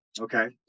okay